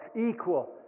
Equal